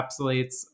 encapsulates